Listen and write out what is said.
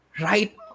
right